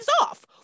off